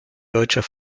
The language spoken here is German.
deutscher